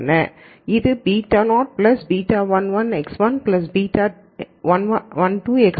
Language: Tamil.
இது β0 β11 x1 β12 x2 மற்றும் β1n xnபோன்றது